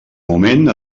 moment